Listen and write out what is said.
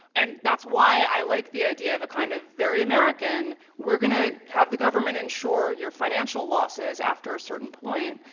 and that's why i like the idea of a kind of very american we're going to have the government insure your financial losses after a certain point,